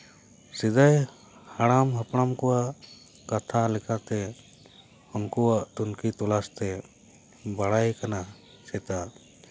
ᱥᱮᱫᱟᱭ ᱦᱟᱲᱟᱢ ᱦᱟᱯᱲᱟᱢ ᱠᱚᱣᱟᱜ ᱠᱟᱛᱷᱟ ᱞᱮᱠᱟᱛᱮ ᱩᱱᱠᱩᱣᱟᱜ ᱛᱩᱱᱠᱷᱤ ᱛᱚᱞᱟᱥᱛᱮ ᱵᱟᱲᱟᱭ ᱟᱠᱟᱱᱟ ᱪᱮᱛᱟ